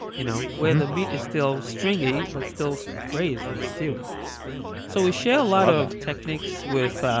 you know where and the meat is still stringy but still braised and stewed so we share a lot of techniques with